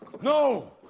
No